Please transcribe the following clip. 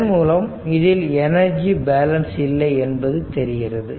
இதன்மூலம் இதில் energy balance இல்லை என்பது தெரிகிறது